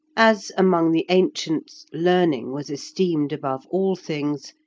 as among the ancients learning was esteemed above all things,